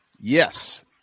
Yes